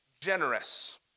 generous